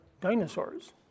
dinosaurs